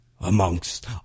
amongst